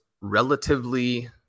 relatively